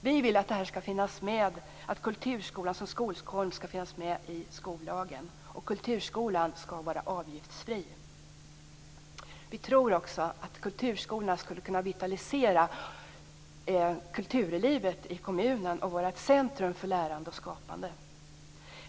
Vi i Vänsterpartiet vill att kulturskolan som skolform skall finnas med i skollagen, och att kulturskolan skall vara avgiftsfri. Vi tror också att kulturskolorna skulle kunna vitalisera kulturlivet i kommunerna och vara ett centrum för lärande och skapande.